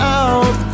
out